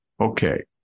Okay